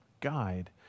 guide